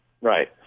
right